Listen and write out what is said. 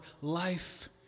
life